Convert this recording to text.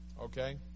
Okay